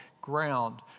ground